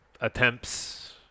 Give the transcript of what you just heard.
attempts